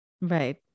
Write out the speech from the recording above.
Right